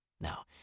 Now